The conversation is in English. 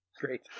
Great